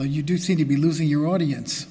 will you do seem to be losing your audience